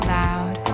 loud